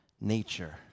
nature